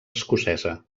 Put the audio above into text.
escocesa